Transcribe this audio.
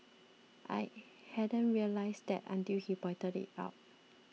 I hadn't realised that until he pointed it out